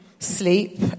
sleep